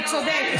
הוא צודק.